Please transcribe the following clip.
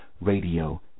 Radio